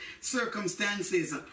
circumstances